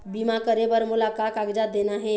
बीमा करे बर मोला का कागजात देना हे?